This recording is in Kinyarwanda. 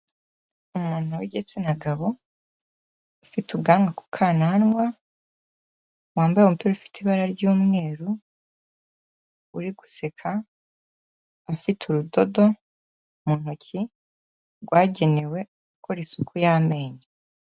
Umuntu w'igitsina gabo, ufite ubwanwa ku kananwa, wambaye umupira ufite ibara ry'umweru, uri guseka, ufite urudodo mu ntoki rwagenewe gukora isuku y'amenyo.